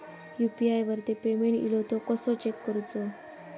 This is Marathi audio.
यू.पी.आय वरती पेमेंट इलो तो कसो चेक करुचो?